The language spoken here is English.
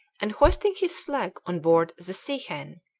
and, hoisting his flag on board the sea-hen,